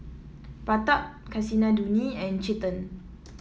Pratap Kasinadhuni and Chetan